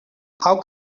how